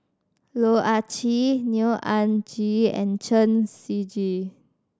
Loh Ah Chee Neo Anngee and Chen Siji